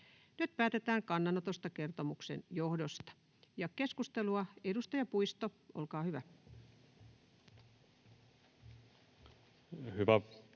Nyt päätetään kannanotosta kertomuksen johdosta. — Keskustelua, edustaja Puisto, olkaa hyvä. Hyvä